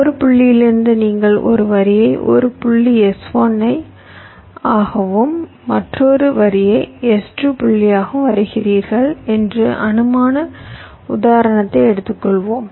1 புள்ளியிலிருந்து நீங்கள் ஒரு வரியை ஒரு புள்ளி S1 ஆகவும் மற்றொரு வரியை S2 புள்ளியாகவும் வரைகிறீர்கள் என்று அனுமான உதாரணத்தை எடுத்துக்கொள்வோம்